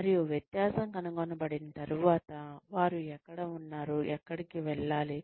మరియు వ్యత్యాసం కనుగొనబడిన తర్వాత వారు ఎక్కడ ఉన్నారు ఎక్కడికి వెళ్ళాలి